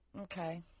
okay